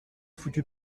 foutu